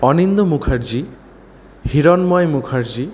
Anindya Mukherjee Hiranmoy Mukherjee